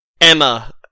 Emma